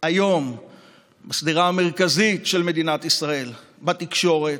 היום בשדרה המרכזית של מדינת ישראל, בתקשורת,